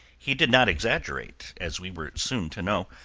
he did not exaggerate, as we were soon to know,